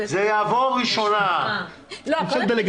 היה נוסח